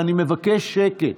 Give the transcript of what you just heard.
אני מבקש שקט.